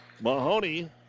Mahoney